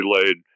delayed